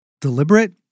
deliberate